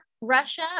Russia